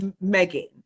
Megan